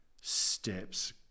steps